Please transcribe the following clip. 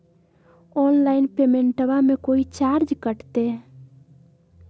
Online पेमेंटबां मे कोइ चार्ज कटते?